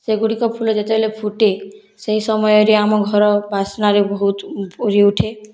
ସେଗୁଡ଼ିକ ଫୁଲ ଯେତେବେଳେ ଫୁଟେ ସେହି ସମୟରେ ଆମ ଘର ବାସ୍ନାରେ ବହୁତ ପୁରି ଉଠେ